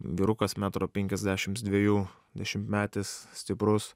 vyrukas metro penkiasdešims dvejų dešimtmetis stiprus